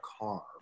car